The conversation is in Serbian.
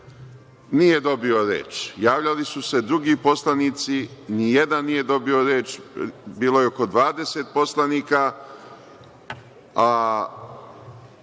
Nije dobio reč. Javljali su se drugi poslanici ni jedan nije dobio reč, bilo je oko 20 poslanika.